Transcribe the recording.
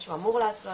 מה שהוא אמור לעשות.